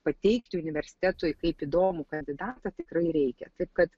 pateikti universitetui kaip įdomų kandidatą tikrai reikia taip kad